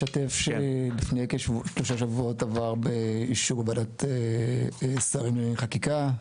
לשתף שלפני כשלושה שבועות עבר באישור וועדת שרים לענייני חקיקה,